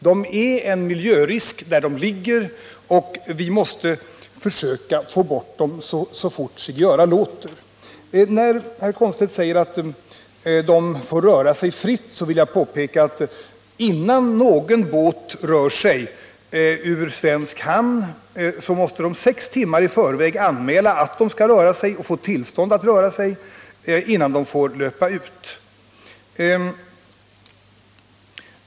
De utgör en miljörisk där de ligger, och vi måste försöka få bort dem så fort sig göra låter. När herr Komstedt säger att de får röra sig fritt vill jag påpeka att innan någon båt rör sig ur svensk hamn måste kaptenen sex timmar i förväg anmäla att den skall röra sig och få tillstånd att röra sig innan den får löpa ut.